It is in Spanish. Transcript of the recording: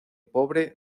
pobre